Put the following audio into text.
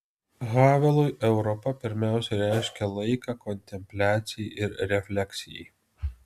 havelui europa pirmiausia reiškia laiką kontempliacijai ir refleksijai